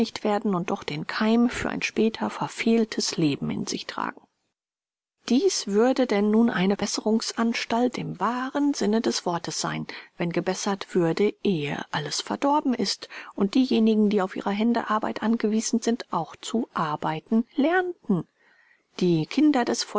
und doch den keim für ein später verfehltes leben in sich tragen dies würde denn nun eine besserungsanstalt im wahren sinne des worts sein wenn gebessert würde ehe alles verdorben ist und diejenigen die auf ihrer hände arbeit angewiesen sind auch zu arbeiten lernten die kinder